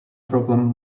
problem